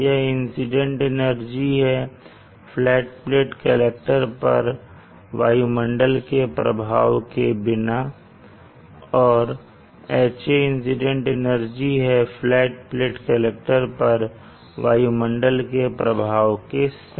यह incident energy है flat plate collector पर वायुमंडल के प्रभाव के बिना और Ha इंसीडेंट एनर्जी है फ्लैट प्लेट कलेक्टर पर वायुमंडल के प्रभाव के साथ